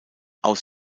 aus